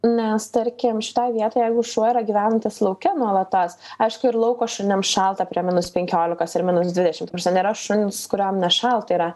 nes tarkim šitoj vietoj jeigu šuo yra gyvenantis lauke nuolatos aišku ir lauko šunims šalta prie minus penkiolikos ar minus dvidešim ta prasme nėra šuns kuriam nešalta yra